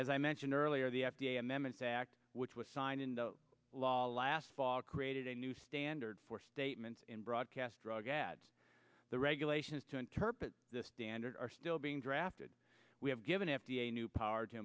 as i mentioned earlier the f d a m m s act which was signed into law last fall created a new standard for statements broadcast drug ads the regulations to interpret the standard are still being drafted we have given f d a new power to